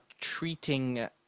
treating